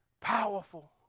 powerful